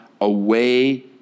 away